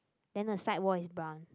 then the side wall is brown